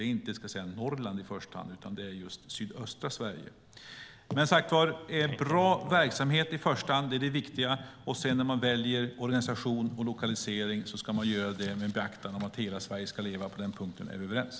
Det är inte i första hand Norrland, utan det är just sydöstra Sverige. Bra verksamhet ska komma i första hand; det är det viktiga. När man sedan väljer organisation och lokalisering ska man göra det med beaktande av att hela Sverige ska leva. På den punkten är vi överens.